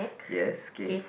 yes okay